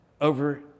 over